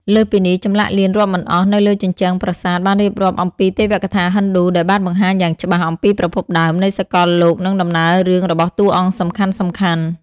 លើសពីនេះ ចម្លាក់លៀនរាប់មិនអស់នៅលើជញ្ជាំងប្រាសាទបានរៀបរាប់អំពីទេវកថាហិណ្ឌូដែលបានបង្ហាញយ៉ាងច្បាស់អំពីប្រភពដើមនៃសកលលោកនិងដំណើររឿងរបស់តួអង្គសំខាន់ៗ។